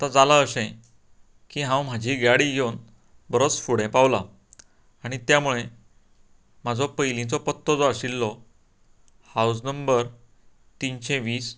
आतां जाला अशें की हांव म्हजी गाडी घेवन बरोच फुडें पावलां आनी त्या मुळे म्हाजो पयलीचो पत्तो जो आशिल्लो हावज नंबर तिनशे वीस